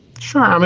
sure, um